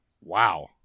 Wow